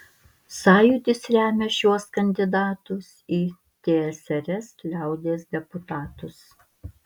sąjūdis remia šiuos kandidatus į tsrs liaudies deputatus